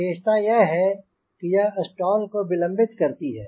विशेषता यह है कि यह स्टाल को विलंबित करती है